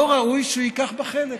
לא ראוי שהוא ייקח בה חלק,